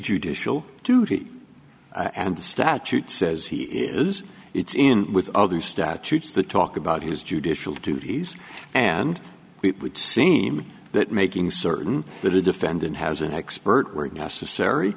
judicial duty and the statute says he is it's in with other statutes that talk about his judicial duties and it would seem that making certain that a defendant has an expert were necessary